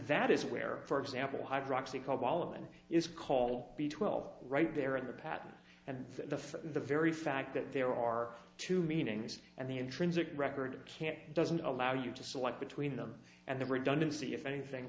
that is where for example hydroxy cobol and is called b twelve right there in the patent and the for the very fact that there are two meanings and the intrinsic record can't doesn't allow you to select between them and the redundancy if anything